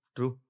True